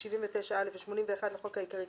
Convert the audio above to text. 79א ו־81 לחוק העיקרי,